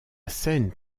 scène